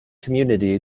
community